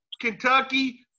Kentucky